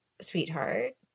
sweetheart